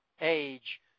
age